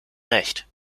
recht